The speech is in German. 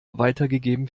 weitergegeben